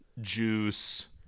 Juice